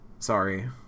Sorry